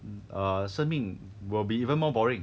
err 生命 will be even more boring